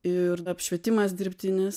ir apšvietimas dirbtinis